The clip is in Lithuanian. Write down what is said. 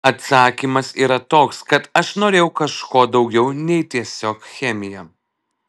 atsakymas yra toks kad aš norėjau kažko daugiau nei tiesiog chemija